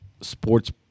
sports